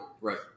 Right